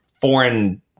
Foreign